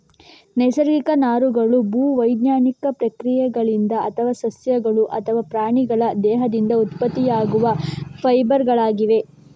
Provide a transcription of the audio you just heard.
ನೈಸರ್ಗಿಕ ನಾರುಗಳು ಭೂ ವೈಜ್ಞಾನಿಕ ಪ್ರಕ್ರಿಯೆಗಳಿಂದ ಅಥವಾ ಸಸ್ಯಗಳು ಅಥವಾ ಪ್ರಾಣಿಗಳ ದೇಹದಿಂದ ಉತ್ಪತ್ತಿಯಾಗುವ ಫೈಬರ್ ಗಳಾಗಿವೆ